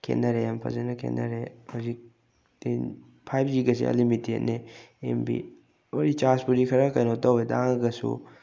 ꯈꯦꯠꯅꯔꯦ ꯌꯥꯝ ꯐꯖꯅ ꯈꯦꯠꯅꯔꯦ ꯍꯧꯖꯤꯛꯇꯤ ꯐꯥꯏꯚ ꯖꯤꯒꯁꯦ ꯑꯟꯂꯤꯃꯤꯇꯦꯠꯅꯦ ꯑꯦꯝ ꯕꯤ ꯍꯣꯏ ꯔꯤꯆꯥꯔꯖꯄꯨꯗꯤ ꯈꯔ ꯀꯩꯅꯣ ꯇꯧꯋꯦ ꯇꯥꯡꯉꯒꯁꯨ